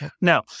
Now